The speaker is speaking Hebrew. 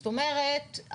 זאת אומרת,